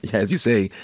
yeah as you say,